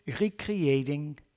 recreating